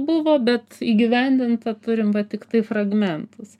buvo bet įgyvendinta turim va tiktai fragmentus